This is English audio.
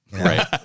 right